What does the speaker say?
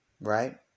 right